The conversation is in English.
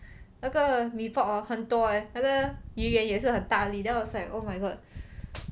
那个 mee pok hor 很多 leh 那个鱼圆也是很大粒 then I was like oh my god